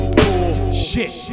bullshit